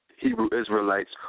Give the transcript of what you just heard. Hebrew-Israelites